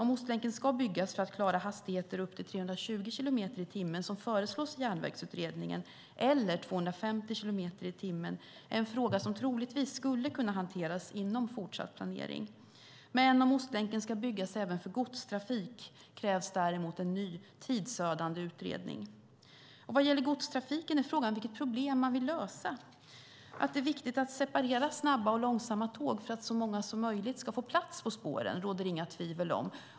Om Ostlänken ska byggas för att klara hastigheter upp till 320 kilometer i timmen, som föreslås i Järnvägsutredningen, eller 250 kilometer i timmen är en fråga som troligtvis skulle kunna hanteras inom fortsatt planering. Om Ostlänken ska byggas även för godstrafik krävs däremot en ny, tidsödande utredning. Vad gäller godstrafiken är frågan vilket problem man vill lösa. Att det är viktigt att separera snabba och långsamma tåg för att så många som möjligt ska få plats på spåren råder det inga tvivel om.